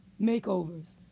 makeovers